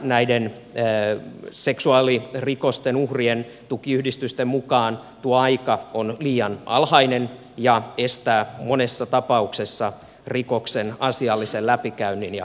näiden seksuaalirikosten uhrien tukiyhdistysten mukaan tuo aika on liian alhainen ja estää monessa tapauksessa rikoksen asiallisen läpikäynnin ja oikeusprosessin